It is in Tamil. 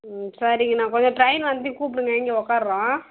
ம் சரிங்கண்ணா கொஞ்சம் ட்ரெயின் வந்து கூப்பிடுங்க இங்கே உக்கார்றோம்